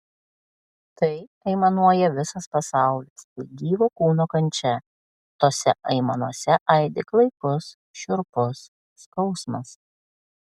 tai aimanuoja visas pasaulis tai gyvo kūno kančia tose aimanose aidi klaikus šiurpus skausmas